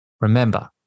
Remember